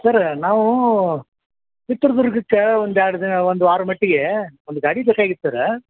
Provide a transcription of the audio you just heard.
sir ನಾವು ಚಿತ್ರದುರ್ಗುಕ್ಕೆ ಒಂದು ಎರ್ಡು ದಿನ ಒಂದ್ವಾರ ಮಟ್ಟಿಗೆ ಒಂದು ಗಾಡಿ ಬೇಕಾಗಿತ್ತು ಸರ್